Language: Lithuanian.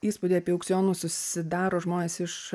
įspūdį apie aukcionus susidaro žmonės iš